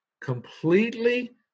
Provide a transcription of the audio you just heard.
completely